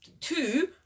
Two